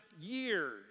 years